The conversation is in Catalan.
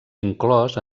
inclòs